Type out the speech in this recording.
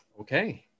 Okay